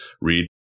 read